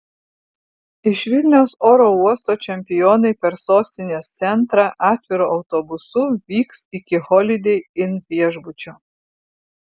iš vilniaus oro uosto čempionai per sostinės centrą atviru autobusu vyks iki holidei inn viešbučio